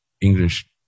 English